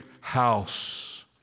house